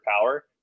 power